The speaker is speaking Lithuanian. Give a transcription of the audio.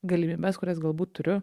galimybes kurias galbūt turiu